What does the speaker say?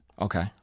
Okay